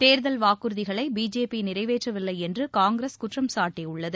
தேர்தல் வாக்குறுதிகளை பிஜேபி நிறைவேற்றவில்லை என்று காங்கிரஸ் குற்றம்சாட்டியுள்ளது